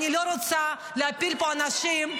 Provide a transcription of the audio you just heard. אני לא רוצה להפיל פה אנשים.